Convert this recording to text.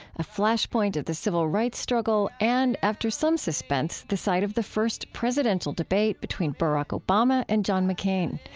a flash point of the civil rights struggle and, after some suspense, the site of the first presidential debate between barack obama and john mccain.